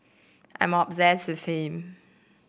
I'm obsessed with him